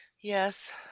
yes